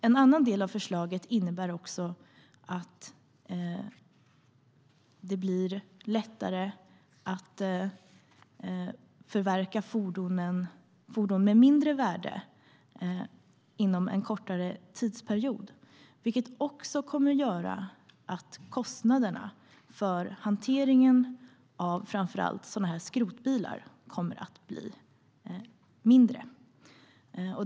En annan del av förslaget innebär att det blir lättare att förverka fordon med mindre värde inom en kortare tidsperiod, vilket också kommer att göra att kostnaderna för hanteringen av framför allt sådana här skrotbilar kommer att bli mindre.